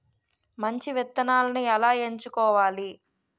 మంచి విత్తనాలను ఎలా ఎంచుకోవాలి?